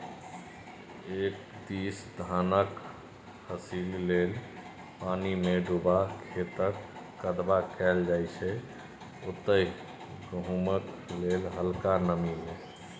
एक दिस धानक फसिल लेल पानिमे डुबा खेतक कदबा कएल जाइ छै ओतहि गहुँमक लेल हलका नमी मे